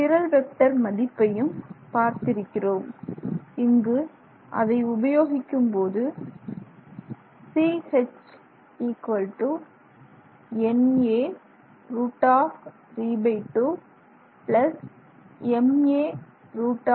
சிரல் vector மதிப்பையும் பார்த்திருக்கிறோம் இங்கு அதை உபயோகிக்கும்போது Ch na√32ma√32x ̂na2 ma2y ̂